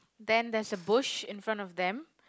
then there's a bush in front of them